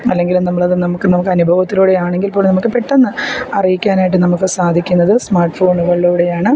അല്ലെങ്കിൽ നമ്മളത് നമുക്ക് നമുക്ക് അനുഭവത്തിലൂടെ ആണെങ്കിൽ പോലും നമുക്ക് പെട്ടെന്ന് അറിയിക്കാനായിട്ട് നമുക്ക് സാധിക്കുന്നത് സ്മാർട്ട് ഫോണുകളിലൂടെയാണ്